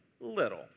Little